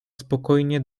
spokojnie